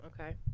Okay